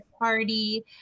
party